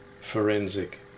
forensic